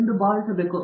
ಎಂದು ಭಾವಿಸುತ್ತೇನೆ